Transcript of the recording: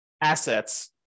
assets